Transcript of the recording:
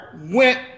went